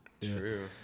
True